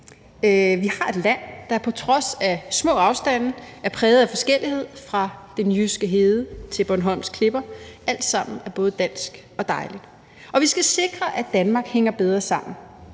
Vi har et land, der på trods af små afstande er præget af forskellighed, fra den jyske hede til Bornholms klipper – alt sammen er både dansk og dejligt. Og vi skal sikre, at Danmark hænger bedre sammen,